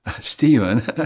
Stephen